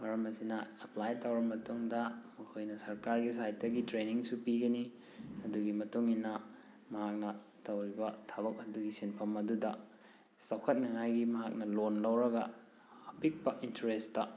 ꯃꯔꯝ ꯑꯁꯤꯅ ꯑꯦꯄ꯭ꯂꯥꯏ ꯇꯧꯔꯕ ꯃꯇꯨꯡꯗ ꯃꯈꯣꯏꯅ ꯁꯔꯀꯥꯔꯒꯤ ꯁꯥꯏꯠꯇꯒꯤ ꯇ꯭ꯔꯦꯟꯅꯤꯡꯁꯨ ꯄꯤꯒꯅꯤ ꯑꯗꯨꯒꯤ ꯃꯇꯨꯡꯏꯟꯅ ꯃꯍꯥꯛꯅ ꯇꯧꯔꯤꯕ ꯊꯕꯛ ꯑꯗꯨꯒꯤ ꯁꯤꯟꯐꯝ ꯑꯗꯨꯗ ꯆꯥꯎꯈꯠꯅꯤꯡꯉꯥꯏꯒꯤ ꯃꯍꯥꯛꯅ ꯂꯣꯟ ꯂꯧꯔꯒ ꯑꯄꯤꯛꯄ ꯏꯟꯇꯔꯦꯁꯇ